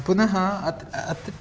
पुनः अतः अतः